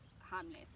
harmless